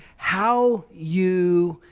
how you,